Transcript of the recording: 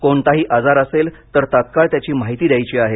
कोणताही आजार असेल तर तत्काळ त्याची माहिती द्यायची आहे